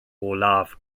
olaf